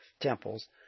temples